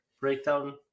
breakdown